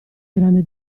grande